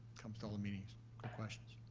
comes to all the meetings, good questions.